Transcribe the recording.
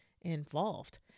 involved